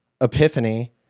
epiphany